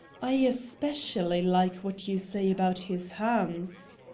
i especially like what you say about his hands.